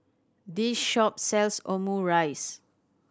this shop sells Omurice